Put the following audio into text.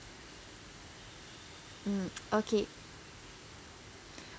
mm okay